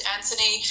Anthony